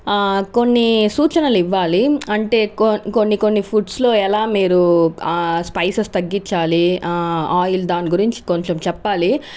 కొన్ని సూచనలు ఇవ్వాలి అంటే కొన్ని కొన్ని ఫుడ్స్లో ఎలా మీరు స్పైసెస్ తగ్గించాలి ఆయిల్ దాని గురించి కొంచెం చెప్పాలి